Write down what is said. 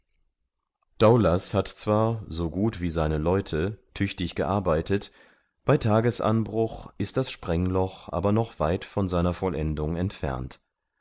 daoulas hat zwar so gut wie seine leute tüchtig gearbeitet bei tagesanbruch ist das sprengloch aber noch weit von seiner vollendung entfernt